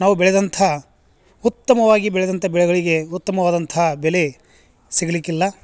ನಾವು ಬೆಳೆದಂಥ ಉತ್ತಮವಾಗಿ ಬೆಳೆದಂಥ ಬೆಳೆಗಳಿಗೆ ಉತ್ತಮವಾದಂತಹ ಬೆಲೆ ಸಿಗಲಿಕ್ಕಿಲ್ಲ